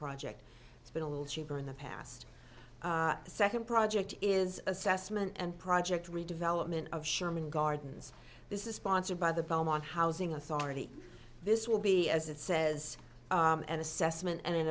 project it's been a little cheaper in the past the second project is assessment and project redevelopment of sherman gardens this is sponsored by the beaumont housing authority this will be as it says an assessment an